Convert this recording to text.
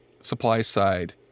supply-side